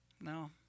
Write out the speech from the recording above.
No